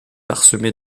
parsemé